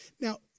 Now